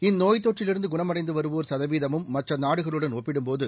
இந்நோய்த் தொற்றிலிருந்து குணமடைந்து வருவோர் சதவீதமும் மற்ற நாடுகளுடன் ஒப்பிடும்போது